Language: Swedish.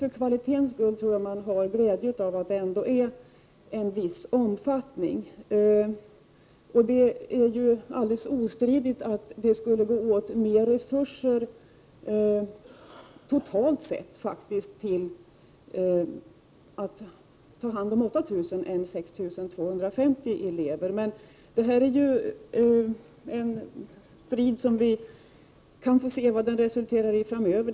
För kvalitetens skull anser jag att man har glädje av att omfattningen ändå är begränsad. Det är ju alldeles ostridigt att det skulle gå åt mer resurser, totalt sett, till att ta hand om 8 000 elever än 6 250. Vad detta resulterar i får vi se framöver.